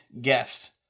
guest